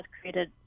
created